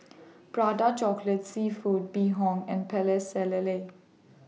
Prata Chocolate Seafood Bee Hoon and Lele